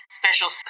special